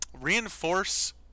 reinforce